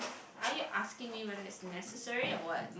are you asking me whether is necessary or what